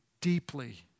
deeply